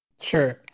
Sure